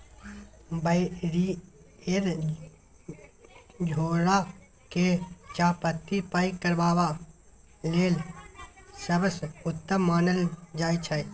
barrier झोरा केँ चाहपत्ती पैक करबा लेल सबसँ उत्तम मानल जाइ छै